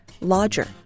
Lodger